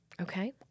Okay